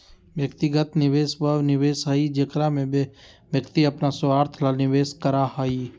व्यक्तिगत निवेश वह निवेश हई जेकरा में व्यक्ति अपन स्वार्थ ला निवेश करा हई